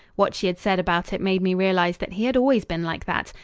what she had said about it made me realise that he had always been like that,